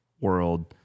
world